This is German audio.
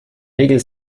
regel